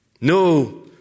No